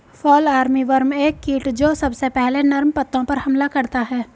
fall armyworm एक कीट जो सबसे पहले नर्म पत्तों पर हमला करता है